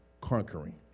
conquering